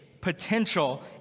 potential